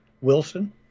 Wilson